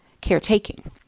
caretaking